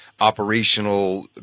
operational